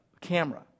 camera